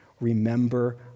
Remember